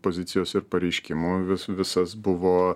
pozicijos ir pareiškimų vis visas buvo